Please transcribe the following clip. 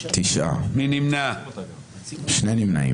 לא אושרה.